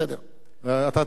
אתה נותן לי לסיים?